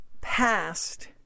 past